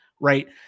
Right